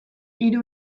hiru